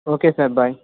okay sir bye